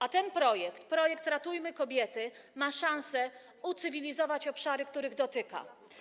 A ten projekt, projekt „Ratujmy kobiety”, ma szansę ucywilizować obszary, których dotyka.